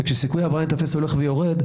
כאשר סיכוי להיתפס הולך ויורד,